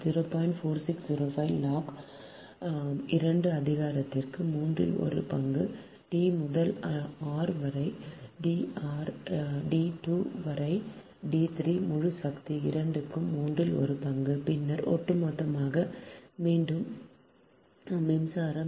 4605 log 2 அதிகாரத்திற்கு மூன்றில் ஒரு பங்கு D முதல் ஆர் வரை டி 2 வரை டி 3 முழு சக்தி 2 க்கு மூன்றில் ஒரு பங்கு பின்னர் ஒட்டுமொத்தமாக மீண்டும் மீண்டும் மின்சாரம்